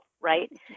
right